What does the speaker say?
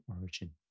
origin